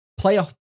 playoff